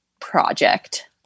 project